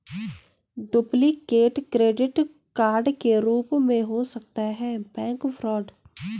duplicate credit card के रूप में हो सकता है बैंक फ्रॉड